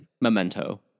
memento